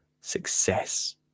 success